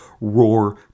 roar